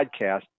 podcast